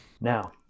Now